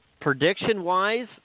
Prediction-wise